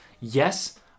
yes